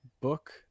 book